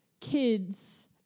kids